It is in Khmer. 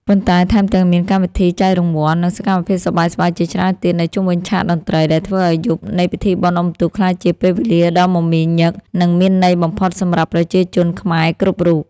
ប៉ុន្តែថែមទាំងមានកម្មវិធីចែករង្វាន់ និងសកម្មភាពសប្បាយៗជាច្រើនទៀតនៅជុំវិញឆាកតន្ត្រី ដែលធ្វើឱ្យយប់នៃពិធីបុណ្យអុំទូកក្លាយជាពេលវេលាដ៏មមាញឹក និងមានន័យបំផុតសម្រាប់ប្រជាជនខ្មែរគ្រប់រូប។